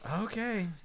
Okay